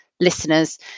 listeners